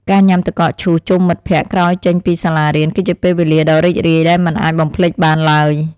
ការញ៉ាំទឹកកកឈូសជុំមិត្តភក្តិក្រោយចេញពីសាលារៀនគឺជាពេលវេលាដ៏រីករាយដែលមិនអាចបំភ្លេចបានឡើយ។